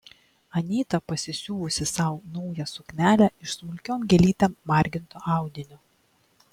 anyta pasisiuvusi sau naują suknelę iš smulkiom gėlytėm marginto audinio